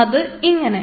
അത് ഇങ്ങനെ